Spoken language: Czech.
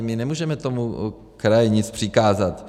My nemůžeme tomu kraji nic přikázat.